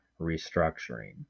restructuring